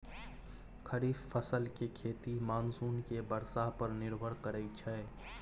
खरीफ फसल के खेती मानसून के बरसा पर निर्भर करइ छइ